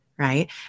Right